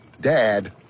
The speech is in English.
Dad